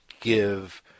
give